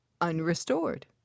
unrestored